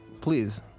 please